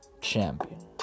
Champion